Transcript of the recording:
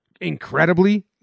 incredibly